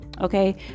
Okay